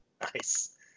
nice